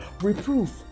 Reproof